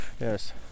Yes